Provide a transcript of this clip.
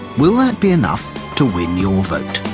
will that be enough to win your vote?